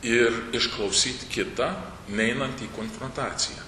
ir išklausyt kitą neinant į konfrontaciją